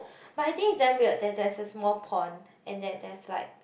but I think it's damn weird that there's a small pond and that there's like